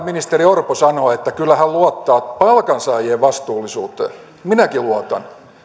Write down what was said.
ministeri orpo sanoo että kyllä hän luottaa palkansaajien vastuullisuuteen minäkin luotan